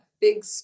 big